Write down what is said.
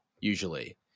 usually